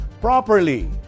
properly